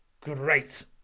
great